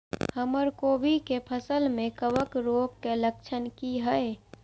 हमर कोबी के फसल में कवक रोग के लक्षण की हय?